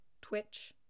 twitch